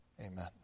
amen